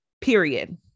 period